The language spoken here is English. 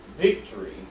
victory